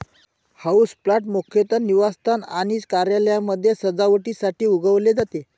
houseplant मुख्यतः निवासस्थान आणि कार्यालयांमध्ये सजावटीसाठी उगवले जाते